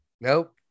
Nope